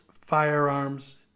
firearms